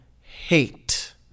hate